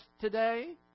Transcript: today